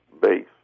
base